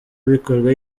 bikorwa